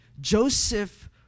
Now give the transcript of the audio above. Joseph